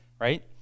right